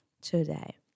today